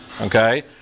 okay